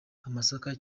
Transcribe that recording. amasaka